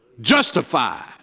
justified